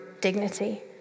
dignity